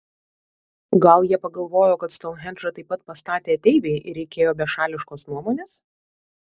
gal jie pagalvojo kad stounhendžą taip pat pastatė ateiviai ir reikėjo bešališkos nuomonės